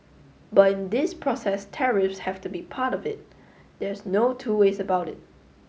but in this process tariffs have to be part of it there's no two ways about it